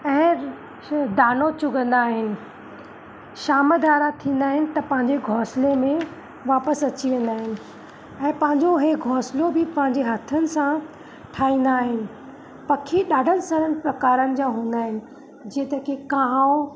ऐं दानो चुगंदा आहिनि शाम धारा थींदा आहिनि त पंहिंजे घोसले में वापसि अची वेंदा आहिनि ऐं पंहिंजो हे घोंसलो बि पांजे हथनि सां ठाहींदा आहिनि पखी ॾाढनि सारनि प्रकारनि जा हूंदा आहिनि जीअं त की कांव